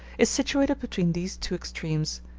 is situated between these two extremes.